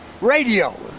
radio